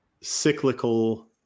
cyclical